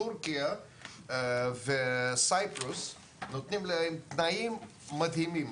טורקיה ויוון לקחו אותם ונותנים להם תנאים מדהימים,